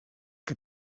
que